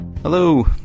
Hello